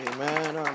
Amen